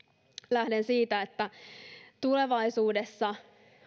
lähden siitä että tulevaisuudessa